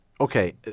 Okay